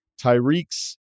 Tyreek's